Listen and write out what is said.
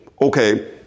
okay